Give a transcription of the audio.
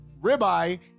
ribeye